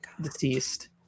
deceased